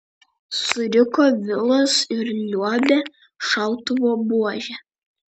suriko vilas ir liuobė šautuvo buože